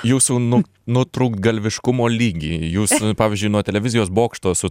jūsų nu nutrūktgalviškumo lygį jūs pavyzdžiui nuo televizijos bokšto su